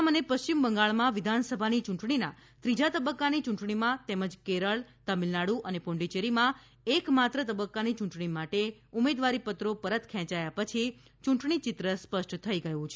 આસામ અને પશ્ચિમ બંગાળમાં વિધાનસભાની યૂંટણીના ત્રીજા તબક્કાની યૂંટણીમાં તેમજ કેરળ તમિલનાડુ અને પુડચ્ચેરીમાં એક માત્ર તબક્કાની યૂંટણી માટે ઉમેદવારીપત્રો પરત ખેંચાયા પછી ચૂંટણી ચિત્ર સ્પષ્ટ થઈ ગયું છે